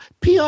PR